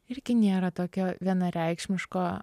irgi nėra tokio vienareikšmiško